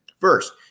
first